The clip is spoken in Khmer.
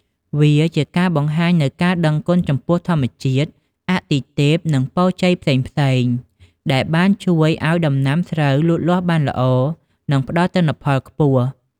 វាជាការបង្ហាញនូវការដឹងគុណចំពោះធម្មជាតិ អាទិទេព និងពរជ័យផ្សេងៗ ដែលបានជួយឱ្យដំណាំស្រូវលូតលាស់បានល្អ និងផ្ដល់ទិន្នផលខ្ពស់។